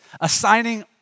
assigning